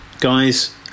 guys